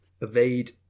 Evade